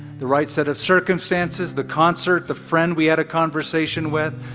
the right set of circumstances, the concert, the friend we had a conversation with,